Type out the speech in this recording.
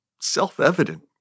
self-evident